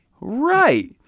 right